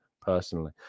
personally